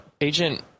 Agent